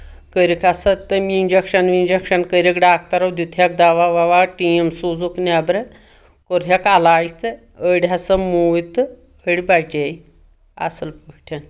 کٔرِکھ ہسا تٔمہِ اِنجکشن ونجکشن کٔرِکھ ڈاکٹرو دتۍ ہکھ دوہ ووہ ٹیٖم سوٗزُکھ نؠبرٕ کوٚر ہؠکہٕ علاج تہٕ أڑۍ ہسا موٗدۍ تہٕ أڑۍ بَچے اَصٕل پٲٹھۍ